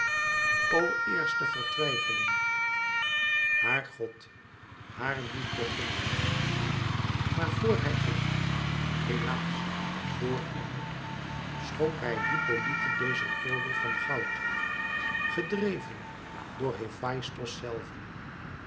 o éerste vertwijfeling haar god haar liefde ging maar vor hij ging helaas voor immer schonk hij hippolyte dezen gordel van goud gedreven door hefaistos zelven